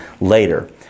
later